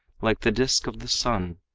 like the disk of the sun,